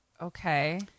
Okay